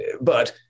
but-